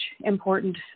important